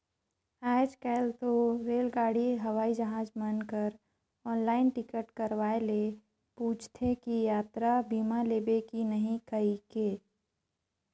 आयज कायल तो रेलगाड़ी हवई जहाज मन कर आनलाईन टिकट करवाये ले पूंछते कि यातरा बीमा लेबे की नही कइरके